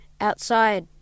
outside